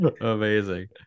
Amazing